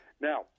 Now